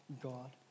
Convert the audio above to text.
God